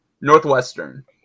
Northwestern